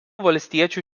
valstiečių